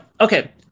Okay